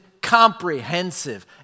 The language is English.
comprehensive